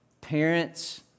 parents